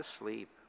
asleep